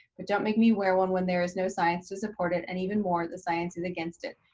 but don't make me wear one when there is no science to support it, and even more, the science is against it.